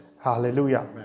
Hallelujah